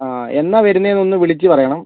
ആ എന്നാണ് വരുന്നതെന്ന് ഒന്ന് വിളിച്ച് പറയണം